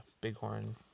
Bighorn